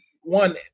one